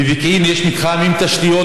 בפקיעין יש מתחם עם תשתיות,